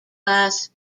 glass